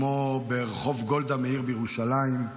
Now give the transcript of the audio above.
כמו ברחוב גולדה מאיר בירושלים,